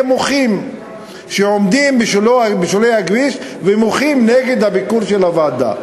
מוחים שעומדים בשולי הכביש ומוחים נגד ביקור הוועדה.